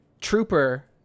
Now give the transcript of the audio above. trooper